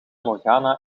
morgana